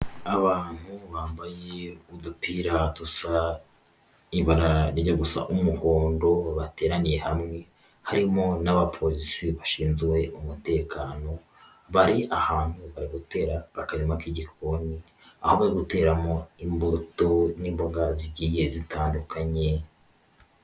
Abantu bambaye udupira dusa ibara rijya gusa umuhondo bateraniye hamwe, harimo n'abaporisi bashinzwe umutekano, bari ahantu bari gutera akarima k'igikoni, aho bari guteramo imbuto n'imboga zigiye zitandukanye.